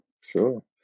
sure